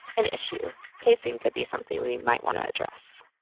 an issue. casing could be something we might want to address.